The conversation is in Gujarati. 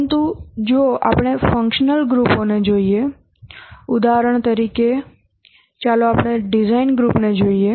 પરંતુ જો આપણે ફંક્શનલ ગ્રુપોને જોઈએ ઉદાહરણ તરીકે ચાલો આપણે ડિઝાઇન કહીએ